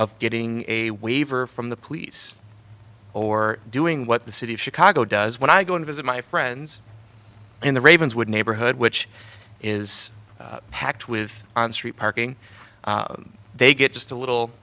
of getting a waiver from the police or doing what the city of chicago does when i go and visit my friends in the ravenswood neighborhood which is packed with on street parking they get just a little